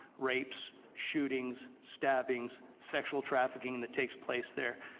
rapes, shootlings, stabbings, sexual trafficking and that takes place there.